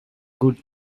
good